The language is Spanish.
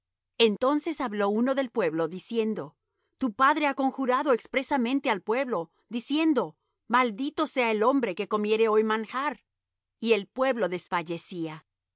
entonces habló uno del pueblo diciendo tu padre ha conjurado expresamente al pueblo diciendo maldito sea el hombre que comiere hoy manjar y el pueblo desfallecía